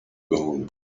gold